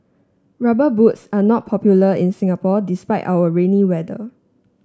rubber boots are not popular in Singapore despite our rainy weather